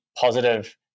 positive